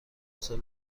سال